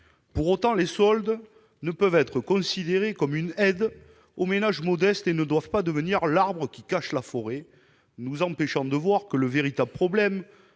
Pour autant, les soldes ne peuvent être considérés comme une aide aux ménages modestes : ils ne doivent pas devenir l'arbre qui cache la forêt, nous empêchant de voir que le véritable problème